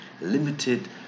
limited